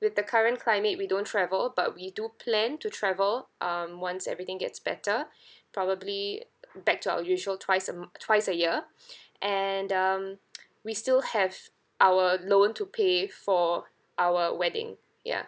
with the current climate we don't travel but we do plan to travel um once everything gets better probably uh back to our usual twice a mon~ twice a year and um we still have our loan to pay for our wedding ya